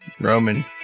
Roman